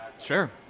Sure